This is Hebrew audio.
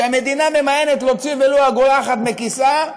שהמדינה ממאנת להוציא ולו אגורה אחת מכיסה,